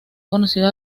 conocido